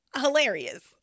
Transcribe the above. hilarious